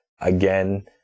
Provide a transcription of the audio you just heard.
again